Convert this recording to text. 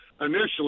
initially